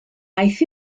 aeth